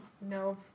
no